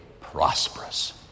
prosperous